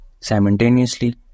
Simultaneously